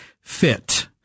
fit